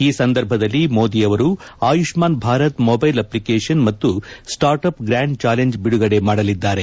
ಈ ಸಂದರ್ಭದಲ್ಲಿ ಮೋದಿಯವರು ಆಯುಷ್ಕಾನ್ ಭಾರತ್ ಮೊಬ್ಬೆಲ್ ಅಡ್ಡಿಕೇಶನ್ ಮತ್ತು ಸ್ವಾರ್ಟ್ ಅಪ್ ಗ್ರಾಂಡ್ ಚಾಲೆಂಜ್ ಬಿಡುಗಡೆ ಮಾಡಲಿದ್ದಾರೆ